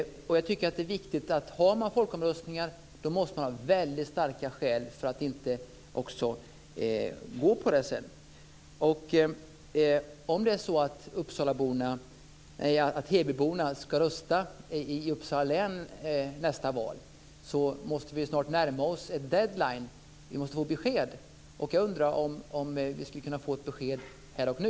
Har man folkomröstningar måste man ha väldigt starka skäl för att inte gå på resultatet sedan. Om det är så att hebyborna ska rösta i Uppsala län nästa val, måste vi snart närma oss en deadline. Vi måste få besked. Jag undrar om vi skulle kunna få ett besked här och nu.